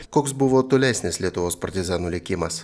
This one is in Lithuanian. koks buvo tolesnis lietuvos partizanų likimas